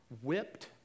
whipped